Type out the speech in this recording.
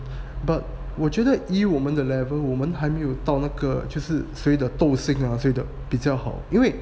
but 我觉得以我们的 level 我们还没有到那个就是谁的斗心谁的比较好因为